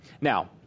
Now